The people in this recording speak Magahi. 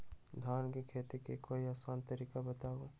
धान के खेती के कोई आसान तरिका बताउ?